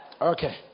Okay